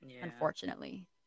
unfortunately